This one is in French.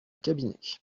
cabinet